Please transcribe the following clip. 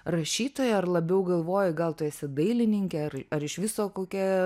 rašytoja ar labiau galvojai gal tu esi dailininkė ar ar iš viso kokia